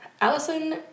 Allison